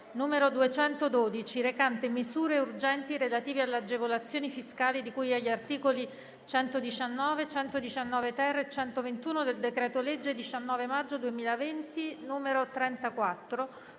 n. 212, recante misure urgenti relative alle agevolazioni fiscali di cui agli articoli 119, 119-ter e 121 del decreto-legge 19 maggio 2020, n. 34,